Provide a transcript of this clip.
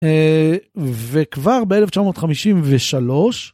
וכבר ב-1953.